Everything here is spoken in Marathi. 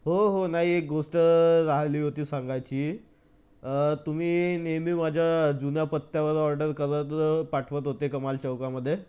हो हो नाई एक गोष्ट राहिली होती सांगायची तुम्ही नेहमी माझ्या जुन्या पत्त्यावर ऑर्डर करत पाठवत होते कमाल चौकामध्ये